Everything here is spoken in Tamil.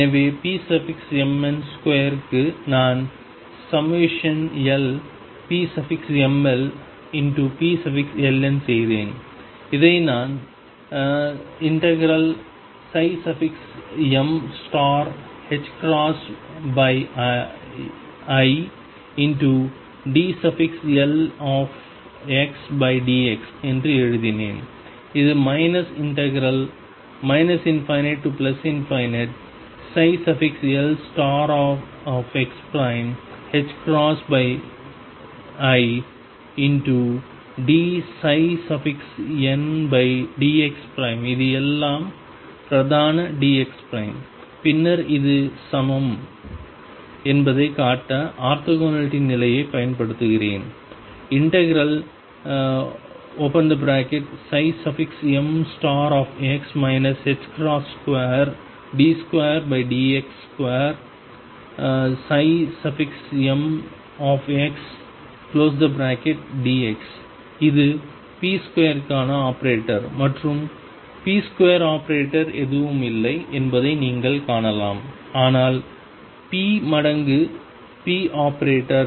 எனவே pmn2 க்கு நான் lpmlpln செய்தேன் இதை நான் ∫midlxdx என்று எழுதினேன் இது ∞lxidn dxஇது எல்லாம் பிரதான dx பின்னர் இது சமம் என்பதைக் காட்ட ஆர்த்தோகனாலிட்டி நிலையைப் பயன்படுத்துகிறேன் ∫mx 2d2dx2ndx இது p2 க்கான ஆபரேட்டர் மற்றும் p2 ஆபரேட்டர் எதுவும் இல்லை என்பதை நீங்கள் காணலாம் ஆனால் p மடங்கு p ஆபரேட்டர்